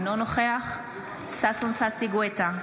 אינו נוכח ששון ששי גואטה,